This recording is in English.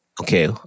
Okay